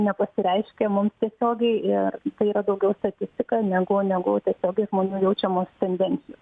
nepasireiškia mums tiesiogiai ir tai yra daugiau statistika negu negu tiesiogiai žmonių jaučiamos tendencijos